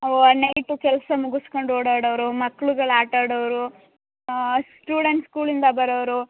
night ಕೆಲಸ ಮುಗಿಸ್ಕೊಂಡ್ ಓಡಾಡೋರು ಮಕ್ಳುಗಳು ಆಟ ಆಡೋರು ಸ್ಟೂಡೆಂಟ್ ಸ್ಕೂಲಿಂದ ಬರೋರು